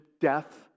death